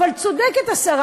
אבל צודקת השרה,